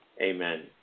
Amen